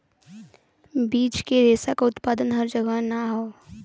बीज के रेशा क उत्पादन हर जगह ना हौ